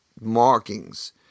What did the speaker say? markings